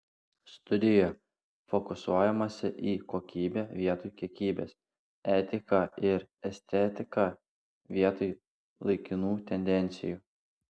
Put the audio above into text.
studijoje fokusuojamasi į kokybę vietoj kiekybės etiką ir estetiką vietoj laikinų tendencijų